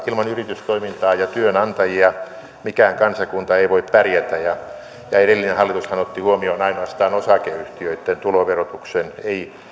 ilman yritystoimintaa ja työnantajia mikään kansakunta ei voi pärjätä edellinen hallitushan otti huomioon ainoastaan osakeyhtiöitten tuloverotuksen ei